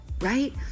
right